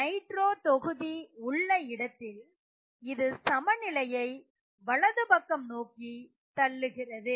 Nitro தொகுதி உள்ள இடத்தில் இது சமநிலையை வலது பக்கம் நோக்கி தள்ளுகிறது